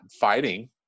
fighting